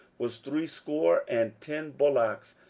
was threescore and ten bullocks,